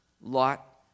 Lot